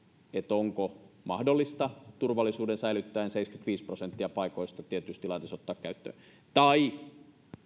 onko mahdollista turvallisuuden säilyttäen seitsemänkymmentäviisi prosenttia paikoista tietyissä tilanteissa ottaa käyttöön tai